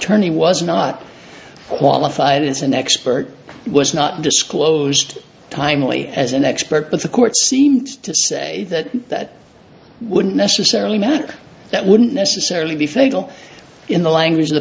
attorney was not qualified as an expert it was not disclosed timely as an expert but the court seems to say that that wouldn't necessarily matter that wouldn't necessarily be fatal in the language